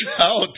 out